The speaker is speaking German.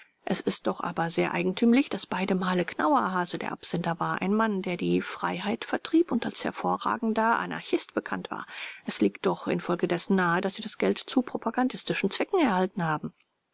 es ist doch aber sehr eigentümlich daß beide male knauerhase der absender war ein mann der die freiheit vertrieb und als hervorragender anarchist bekannt war es liegt doch infolgedessen nahe daß sie das geld zu propagandistischen zwecken erhalten haben